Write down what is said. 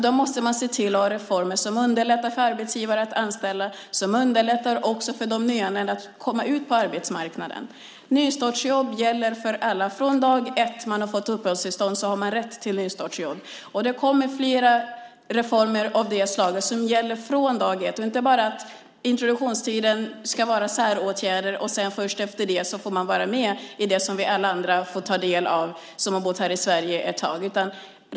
Då måste man se till att ha reformer som underlättar för arbetsgivare att anställa och också för de nyanlända att kommer ut på arbetsmarknaden. Nystartsjobb gäller för alla. Från dag 1 när människor har fått uppehållstillstånd har de rätt till nystartsjobb. Det kommer flera reformer av det slaget som gäller från dag 1. Det handlar inte om att introduktionstiden ska innebära säråtgärder, och först efter det får de vara med i det som vi alla andra har fått ta del av som har bott här i Sverige ett tag.